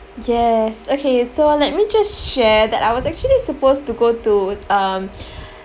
yes okay so let me just share that I was actually supposed to go to um